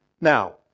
Now